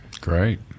Great